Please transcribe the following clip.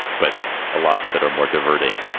but a lot that are more diverting.